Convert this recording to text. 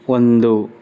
ಒಂದು